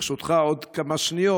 ברשותך עוד כמה שניות.